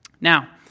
Now